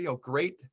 great